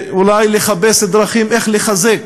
אולי, לחפש דרכים לחזק